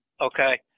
Okay